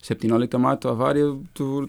septynioliktą matų avarijų tų